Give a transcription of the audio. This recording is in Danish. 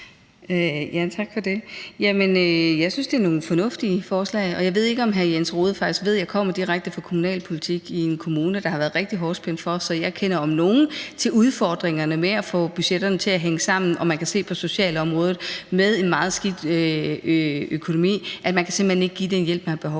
jeg synes, det er nogle fornuftige forslag, og jeg ved ikke, om hr. Jens Rohde faktisk ved, at jeg kommer direkte fra kommunalpolitik i en kommune, der har været rigtig hårdt spændt for, så jeg kender, om nogen, til udfordringerne med at få budgetterne til at hænge sammen, og man kan se, at med en meget skidt økonomi på socialområdet kan man simpelt hen ikke give den hjælp, der er behov